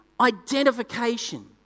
identification